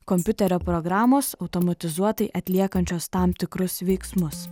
kompiuterio programos automatizuotai atliekančios tam tikrus veiksmus